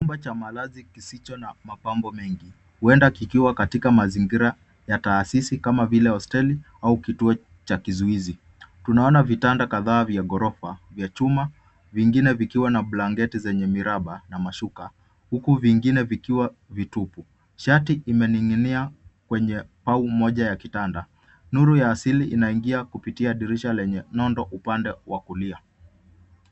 Chumba cha malazi kisicho na mapambo mengi huenda kikiwa katika mazingira ya taasisi kama vile hosteli au kituo cha kizuizi. Tuanaona vitanda kadhaa vya ghorofa vya chuma vingine vikiwa na blanketinyenwyw miraba na mashuka huku vingine vikiwa vitupu .Shati imening'inia kwenye pau moja ya kitanda. Nuru ya asili inaingia kupitia kwenye nondo upande wa kulia.